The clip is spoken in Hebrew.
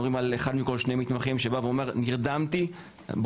אנחנו מדברים על אחד מתוך כל שני מתמחים שבא ואומר: נרדמתי בכביש,